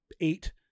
eight